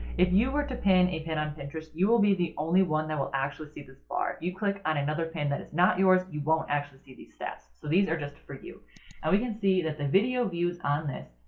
if you were to pin a pin on pinterest you will be the only one that will actually see this bar. if you click on another pin that is not yours, you won't actually see these stats. so these are just for you. and we can see that the video views on this,